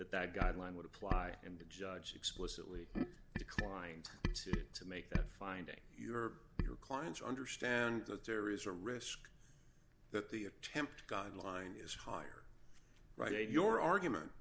that that guideline would apply and the judge explicitly declined to make that finding your your clients understand that there is a risk that the attempt guideline is higher right and your argument